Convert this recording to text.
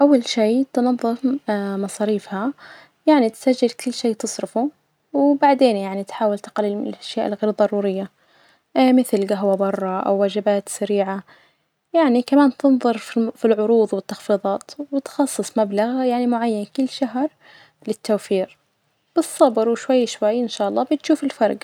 أو شئ مصاريفها يعني تسجل كل شئ تصرفة، وبعدين يعي تحاول تقلل من الأشياء الغير ضرورية مثل جهوة برة ،أو وجبات سريعة، يعني كمان تنظر في-في العروض والتخفيظات وتخصص مبلغ يعني معين كل شهر للتوفير بالصبر وشوي شوي إن شاء الله بتشوف الفرج.